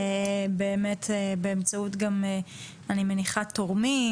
אני מניחה באמצעות תורמים,